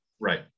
Right